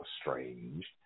strange